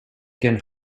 can